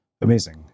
Amazing